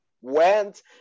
went